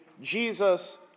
Jesus